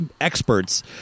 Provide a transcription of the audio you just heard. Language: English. experts